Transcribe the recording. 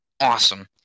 awesome